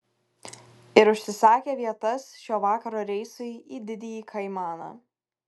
ir užsisakė vietas šio vakaro reisui į didįjį kaimaną